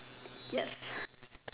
yes